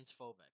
transphobic